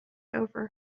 over